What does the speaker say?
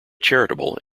charitable